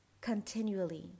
continually